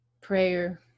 prayer